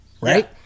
right